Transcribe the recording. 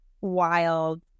wild